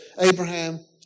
Abraham